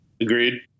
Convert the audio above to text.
Agreed